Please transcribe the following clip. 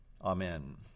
Amen